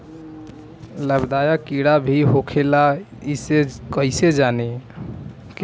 लाभदायक कीड़ा भी होखेला इसे कईसे जानी?